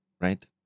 right